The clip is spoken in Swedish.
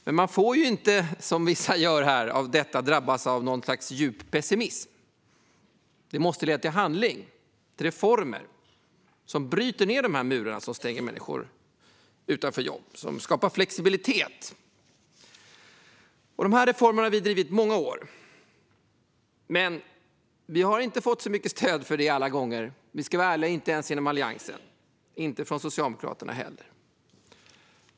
Men man får inte drabbas, som vissa gör, av djup pessimism på grund av detta. Det måste leda till handling och till reformer som bryter ned de murar som stänger människor ute från jobb och reformer som skapar flexibilitet. Dessa reformer har vi drivit under många år, men vi har inte fått mycket stöd för dem, inte ens inom Alliansen, om vi ska vara ärliga. Vi har inte heller fått stöd från Socialdemokraterna.